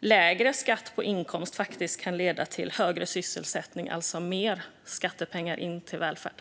lägre skatt på inkomst faktiskt kan leda till högre sysselsättning, alltså mer skattepengar in till välfärden.